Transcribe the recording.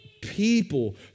people